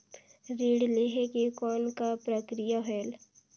ऋण लहे के कौन का प्रक्रिया होयल?